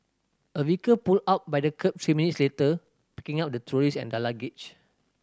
a vehicle pulled up by the kerb three minutes later picking up the tourist and their luggage